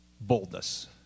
boldness